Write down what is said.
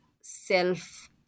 self